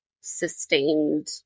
sustained